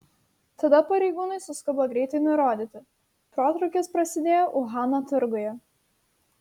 tada pareigūnai suskubo greitai nurodyti protrūkis prasidėjo uhano turguje